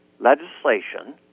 legislation